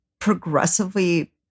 progressively